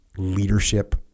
leadership